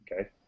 Okay